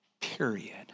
period